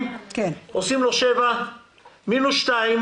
סימן זה והן מכוח הסכם קיבוצי לעניין ימי בידוד,